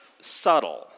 subtle